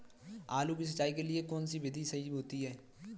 आलू की सिंचाई के लिए कौन सी विधि सही होती है?